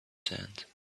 sand